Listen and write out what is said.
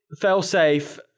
fail-safe